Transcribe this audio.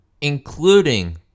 Including